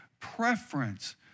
preference